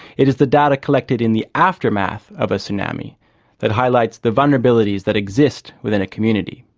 it is the data collected in the aftermath of a tsunami that highlights the vulnerabilities that exist within a community.